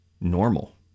normal